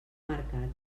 mercat